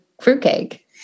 fruitcake